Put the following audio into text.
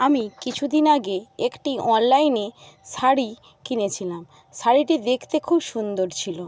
আমি কিছুদিন আগে একটি অনলাইনে শাড়ি কিনেছিলাম শাড়িটি দেখতে খুব সুন্দর ছিল